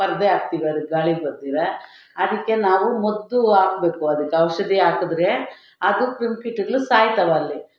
ಪೃದೆ ಹಾಕ್ತೀವಿ ಅದಕ್ಕೆ ಗಾಳಿ ಬರ್ದಿರೋ ಅದಕ್ಕೆ ನಾವು ಮದ್ದು ಹಾಕ್ಬೇಕು ಅದಕ್ಕೆ ಔಷಧಿ ಹಾಕಿದ್ರೆ ಅದು ಕ್ರಿಮಿ ಕೀಟಗಳು ಸಾಯ್ತವೆ ಅಲ್ಲಿ